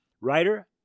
writer